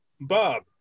Bob